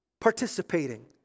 Participating